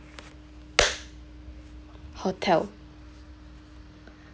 hotel